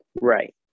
Right